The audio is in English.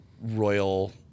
Royal